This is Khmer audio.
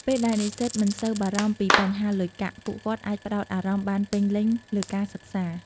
ពេលដែលនិស្សិតមិនសូវបារម្ភពីបញ្ហាលុយកាក់ ពួកគាត់អាចផ្តោតអារម្មណ៍បានពេញលេញលើការសិក្សា។